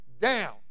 down